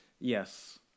Yes